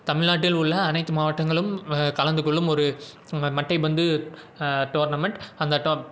தமிழ்நாட்டில் உள்ள அனைத்து மாவட்டங்களும் கலந்துகொள்ளும் ஒரு மட்டை பந்து டோர்னமெண்ட் அந்த